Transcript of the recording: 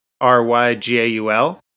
R-Y-G-A-U-L